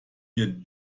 mir